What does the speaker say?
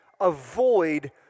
avoid